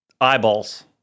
eyeballs